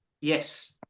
Yes